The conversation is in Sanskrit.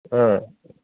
हा